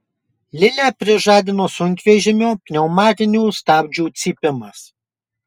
lilę prižadino sunkvežimio pneumatinių stabdžių cypimas